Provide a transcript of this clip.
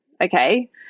okay